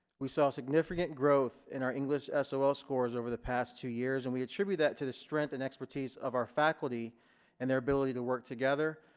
we saw significant growth in our english ah so sol scores over the past two years and we attribute that to the strength and expertise of our faculty and their ability to work together,